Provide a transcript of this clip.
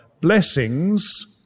Blessings